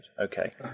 Okay